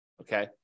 Okay